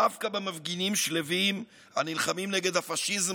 דווקא במפגינים שלווים הנלחמים נגד הפשיזם